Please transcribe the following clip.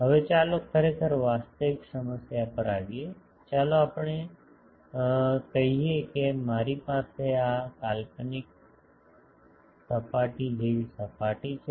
હવે ચાલો ખરેખર વાસ્તવિક સમસ્યા પર આવીએ ચાલો આપણે કહીએ કે મારી પાસે આ કાલ્પનિક સપાટી જેવી સપાટી છે